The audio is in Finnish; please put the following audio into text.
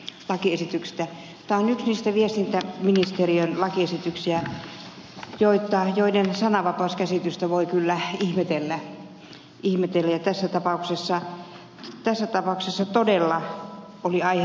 tämä on yksi niistä liikenne ja viestintäministeriön lakiesityksistä joiden sananvapauskäsitystä voi kyllä ihmetellä ja tässä tapauksessa todella oli aihetta ihmetellä